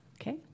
Okay